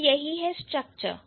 तो यही है स्ट्रक्चर